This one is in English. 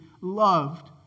loved